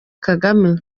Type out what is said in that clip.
kagame